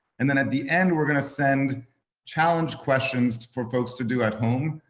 and then at the end, we're gonna send challenge questions for folks to do at home.